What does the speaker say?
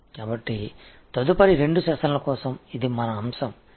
எனவே அடுத்த இரண்டு அமர்வுகளுக்கு இது நம் தலைப்பாக இருக்கும்